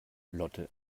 lotte